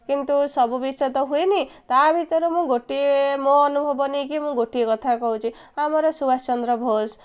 କିନ୍ତୁ ସବୁ ବିଷୟ ତ ହୁଏନି ତା ଭିତରୁ ମୁଁ ଗୋଟିଏ ମୋ ଅନୁଭବ ନେଇକି ମୁଁ ଗୋଟିଏ କଥା କହୁଛି ଆମର ସୁଭାଷ ଚନ୍ଦ୍ର ବୋଷ